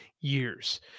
Years